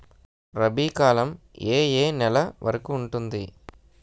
రబీ కాలం ఏ ఏ నెల వరికి ఉంటుంది?